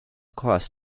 kohas